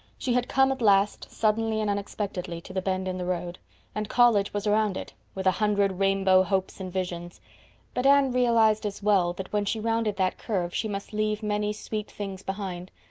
she had come at last. suddenly and unexpectedly. to the bend in the road and college was around it, with a hundred rainbow hopes and visions but anne realized as well that when she rounded that curve she must leave many sweet things behind.